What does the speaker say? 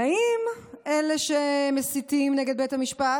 באים אלה שמסיתים נגד בית המשפט,